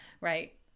Right